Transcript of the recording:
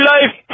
Life